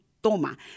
toma